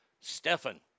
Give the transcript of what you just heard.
Stefan